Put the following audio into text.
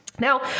Now